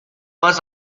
was